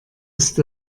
ist